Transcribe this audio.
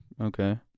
Okay